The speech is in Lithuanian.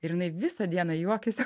ir jinai visą dieną juokėsi